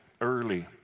early